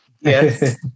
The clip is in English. Yes